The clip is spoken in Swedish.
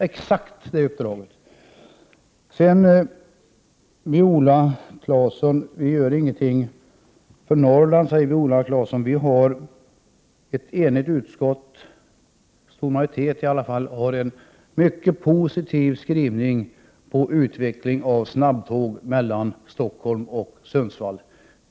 Viola Claesson säger att vi inte gör någonting för Norrland. Utskottet är enigt — i varje fall en stor majoritet — om en mycket positiv skrivning när det gäller utveckling av snabbtåg mellan Stockholm och Sundsvall.